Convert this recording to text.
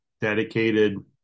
dedicated